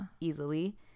Easily